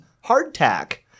Hardtack